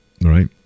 right